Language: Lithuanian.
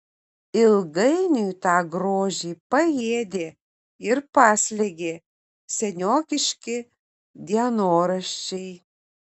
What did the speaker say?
ilgainiui tą grožį paėdė ir paslėgė seniokiški dienoraščiai